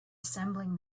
assembling